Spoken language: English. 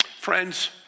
Friends